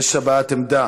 יש הבעת עמדה